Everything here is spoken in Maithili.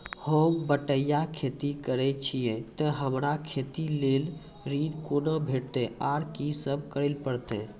होम बटैया खेती करै छियै तऽ हमरा खेती लेल ऋण कुना भेंटते, आर कि सब करें परतै?